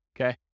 okay